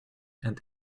and